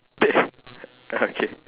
okay